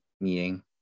meeting